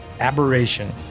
Aberration